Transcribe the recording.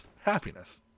happiness